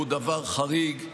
הוא דבר חריג.